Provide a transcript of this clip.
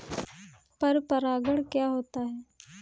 पर परागण क्या होता है?